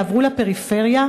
יעברו לפריפריה,